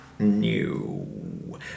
New